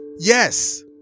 Yes